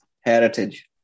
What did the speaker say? Heritage